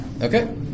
Okay